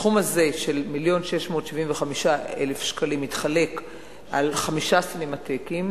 הסכום הזה של 1.675 מיליון שקלים התחלק לחמישה סינמטקים,